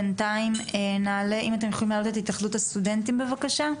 בינתיים אם אתם יכולים להעלות את התאחדות הסטודנטים בבקשה.